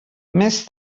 més